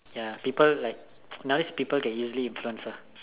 ya people like nowadays people get easily influenced ah